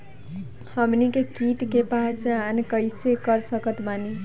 हमनी के कीट के पहचान कइसे कर सकत बानी?